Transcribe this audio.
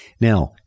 Now